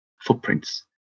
footprints